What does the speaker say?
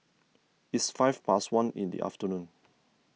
its five past one in the afternoon